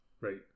Right